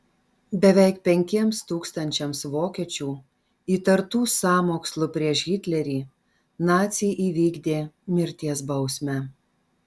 beveik penkiems tūkstančiams vokiečių įtartų sąmokslu prieš hitlerį naciai įvykdė mirties bausmę